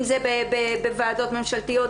אם זה בוועדות ממשלתיות,